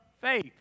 faith